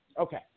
Okay